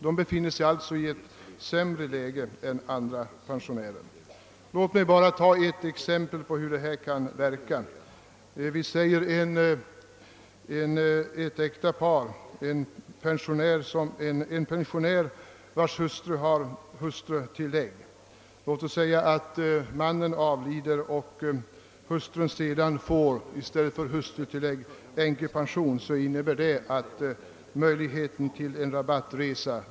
De befinner sig alltså i ett sämre läge än andra pensionärer. Låt mig för att belysa hur det kan verka som exempel ta en pensionär vars hustru har hustrutillägg. Om mannen avlider och hustrun därefter i stället för hustrutillägg får änkepension, så bortfaller möjligheten till rabattresa.